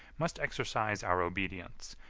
must exercise our obedience,